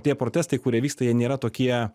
tie protestai kurie vyksta jie nėra tokie